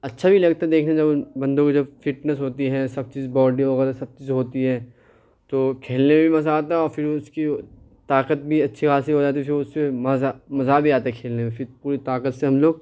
اچھا بھی لگتا ہے دیکھنے میں جب ان بندوں کی جو فٹنس ہوتی ہے سب چیز باڈی وغیرہ سب چیز ہوتی ہے تو کھیلنے میں بھی مزہ آتا ہے اور پھر اس کی طاقت بھی اچھی خاصی ہو جاتی ہے پھر اس سے مزہ مزہ بھی آتا ہے کھیلنے میں پھر پوری طاقت سے ہم لوگ